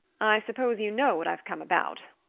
i suppose you know what i've come about,